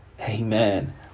Amen